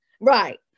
Right